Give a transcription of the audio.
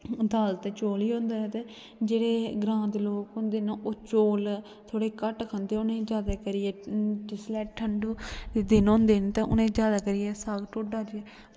दाल ते चौल ई होंदे ते जेह्ड़े ग्रांऽ दे लोग होंदे न ओह् चौल घट्ट खंदे न उनें जादै करियै ठंडू दे दिनें उनें साग ढोड्डा